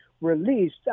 released